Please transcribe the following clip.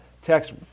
text